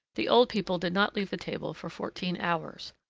the old people did not leave the table for fourteen hours.